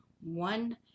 One